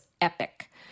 epic